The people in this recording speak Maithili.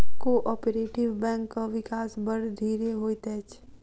कोऔपरेटिभ बैंकक विकास बड़ धीरे होइत अछि